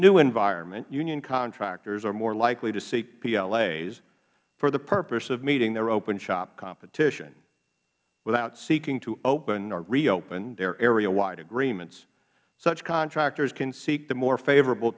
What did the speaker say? new environment union contractors are more likely to seek plas for the purpose of meeting their open shop competition without seeking to open or reopen their areawide agreements such contractors can seek the more favorable